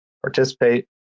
participate